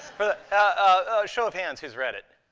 but a show of hands, who's read it?